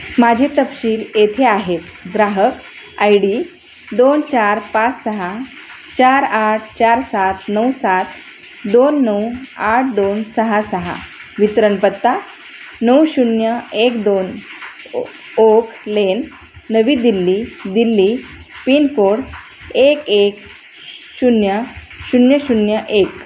माझी तपशील येथे आहेत ग्राहक आय डी दोन चार पाच सहा चार आठ चार सात नऊ सात दोन नऊ आठ दोन सहा सहा वितरण पत्ता नऊ शून्य एक दोन ओ oak lane Navi Delhi Delhi pincode एक एक शून्य शून्य शून्य एक